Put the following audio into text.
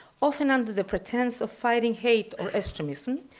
often under the pretense of fighting hate or extremism.